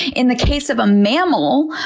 in the case of a mammal,